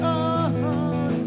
on